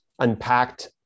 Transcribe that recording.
unpacked